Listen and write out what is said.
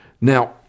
Now